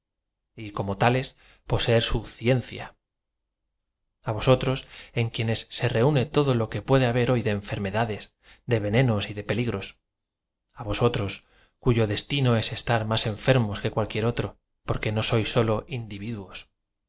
y como tales poseer su ciencia á vosotroa en quienes se reúne todo lo que puede haber hoy de enfermedades de venenos y de peligros á vosotros cuyo destino es estar más enfer mos que cualquier otro porque no soia sólo in